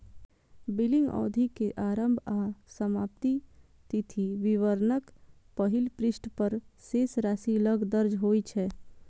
billing अवधि के आरंभ आ समाप्ति तिथि विवरणक पहिल पृष्ठ पर शेष राशि लग दर्ज होइ छै